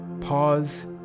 Pause